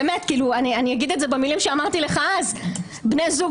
אני אגיד את זה במלים שאמרתי לך אז: בני זוג